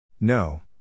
No